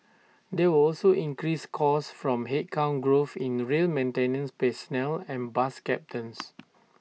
there were also increased costs from headcount growth in the rail maintenance personnel and bus captains